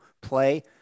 play